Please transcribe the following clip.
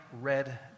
red